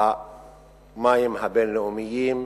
במים הבין-לאומיים,